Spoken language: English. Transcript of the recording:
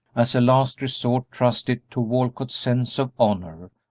as a last resort trusted to walcott's sense of honor,